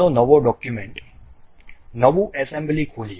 ચાલો નવો ડોક્યુમેન્ટ નવું એસેમ્બલી ખોલીએ